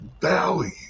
value